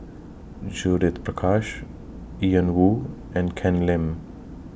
Judith Prakash Ian Woo and Ken Lim